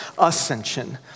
ascension